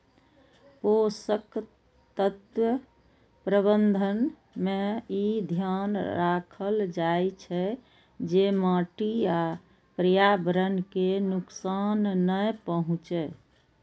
पोषक तत्व प्रबंधन मे ई ध्यान राखल जाइ छै, जे माटि आ पर्यावरण कें नुकसान नै पहुंचै